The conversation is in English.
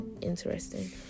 interesting